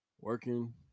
working